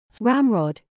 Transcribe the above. Ramrod